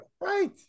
right